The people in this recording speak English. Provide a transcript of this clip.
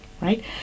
right